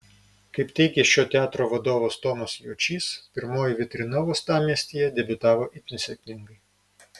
kaip teigė šio teatro vadovas tomas juočys pirmoji vitrina uostamiestyje debiutavo itin sėkmingai